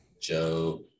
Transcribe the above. Joe